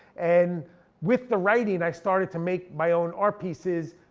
and with the writing i started to make my own art pieces,